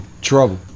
trouble